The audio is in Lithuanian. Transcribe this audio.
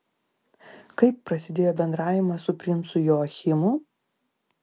kaip prasidėjo bendravimas su princu joachimu